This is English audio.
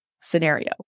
scenario